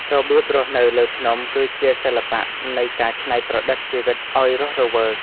របៀបរស់នៅលើភ្នំគឺជាសិល្បៈនៃការច្នៃប្រឌិតជីវិតឱ្យរស់រវើក។